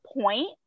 point